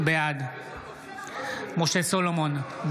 בעד משה סולומון,